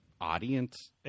audience